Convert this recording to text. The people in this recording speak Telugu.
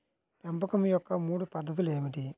పెంపకం యొక్క మూడు పద్ధతులు ఏమిటీ?